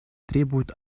требует